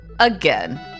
Again